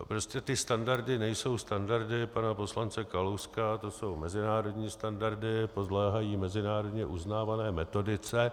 Prostě ty standardy nejsou standardy pana poslance Kalouska, to jsou mezinárodní standardy, podléhají mezinárodně uznávané metodice.